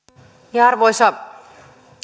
arvoisa